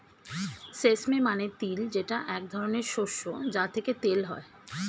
sesame মানে তিল যেটা এক ধরনের শস্য যা থেকে তেল হয়